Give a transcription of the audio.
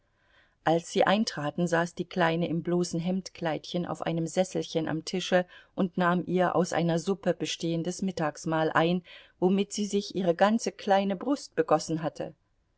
als sie eintraten saß die kleine im bloßen hemdkleidchen auf einem sesselchen am tische und nahm ihr aus einer suppe bestehendes mittagsmahl ein womit sie sich ihre ganze kleine brust begossen hatte